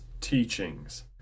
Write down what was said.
teachings